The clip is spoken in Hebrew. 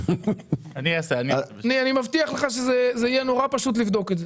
אני מבטיח לך שזה יהיה מאוד פשוט לבדוק את זה.